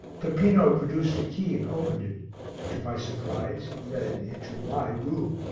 peppino produced a key and opened it to my surprise it led into my room.